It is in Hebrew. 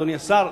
אדוני השר,